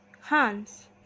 Hans